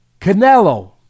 Canelo